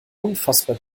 unfassbar